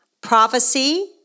prophecy